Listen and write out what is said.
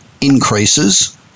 increases